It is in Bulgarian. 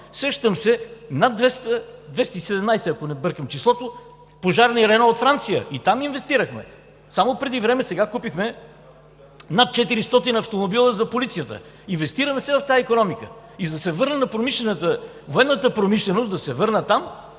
оттам. Над 217, ако не бъркам числото, пожарни „Рено“ от Франция – и там инвестирахме. Само преди време сега купихме над 400 автомобила за полицията. Инвестираме все в тази икономика. Да се върна на военната промишленост. Ще Ви кажа,